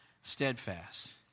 steadfast